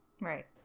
Right